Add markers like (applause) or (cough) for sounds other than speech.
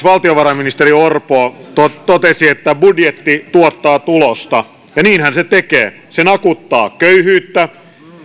(unintelligible) valtiovarainministeri orpo totesi että budjetti tuottaa tulosta ja niinhän se tekee se nakuttaa köyhyyttä